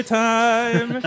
time